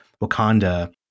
Wakanda